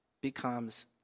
becomes